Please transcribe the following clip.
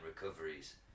recoveries